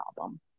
album